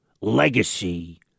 legacy